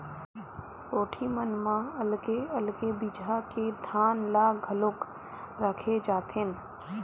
कोठी मन म अलगे अलगे बिजहा के धान ल घलोक राखे जाथेन